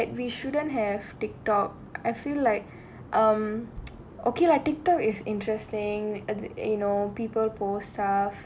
TikTok right we shouldn't have this vlog I feel like um okay like TikTok is interesting like you know people post stuff